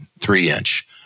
three-inch